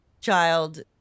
child